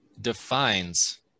defines